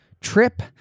trip